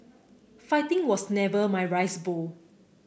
fighting was never my rice bowl